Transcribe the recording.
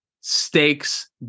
stakes